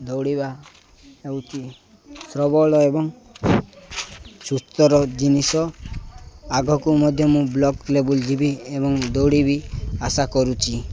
ଦୌଡ଼ିବା ହେଉଛି ସବଳ ଏବଂ ସୁସ୍ଥର ଜିନିଷ ଆଗକୁ ମଧ୍ୟ ମୁଁ ବ୍ଲକ୍ ଲେବୁଲ୍ ଯିବି ଏବଂ ଦୌଡ଼ିବି ଆଶା କରୁଛି